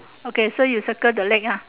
okay so you circle the leg ah